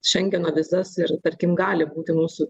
šengeno vizas ir tarkim gali būti mūsų